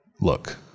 look